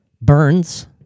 Burns